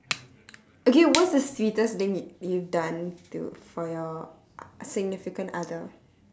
okay what's the sweetest thing you've done to for your significant other